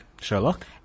Sherlock